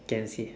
can see